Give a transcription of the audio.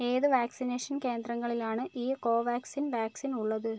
ഏത് വാക്സിനേഷൻ കേന്ദ്രങ്ങളിലാണ് ഈ കോവാക്സിൻ വാക്സിൻ ഉള്ളത്